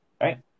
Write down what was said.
Right